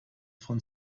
von